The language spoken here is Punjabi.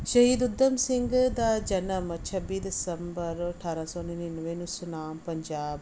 ਸ਼ਹੀਦ ਊਧਮ ਸਿੰਘ ਦਾ ਜਨਮ ਛੱਬੀ ਦਸੰਬਰ ਅਠਾਰ੍ਹਾਂ ਸੌ ਨੜ੍ਹਿਨਵੇਂ ਨੂੰ ਸੁਨਾਮ ਪੰਜਾਬ